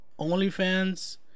OnlyFans